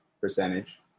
percentage